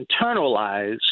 internalized